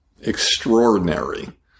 extraordinary